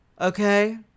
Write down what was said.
Okay